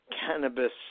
cannabis